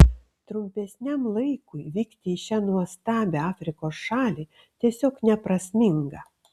trumpesniam laikui vykti į šią nuostabią afrikos šalį tiesiog neprasminga